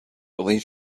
believe